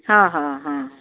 ହଁ ହଁ ହଁ